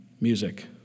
Music